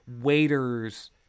Waiters